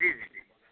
जी जी जी